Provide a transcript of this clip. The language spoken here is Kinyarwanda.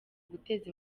guteza